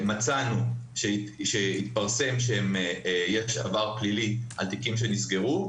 שמצאנו שהתפרסם שיש עבר פלילי על תיקים שנסגרו,